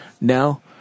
Now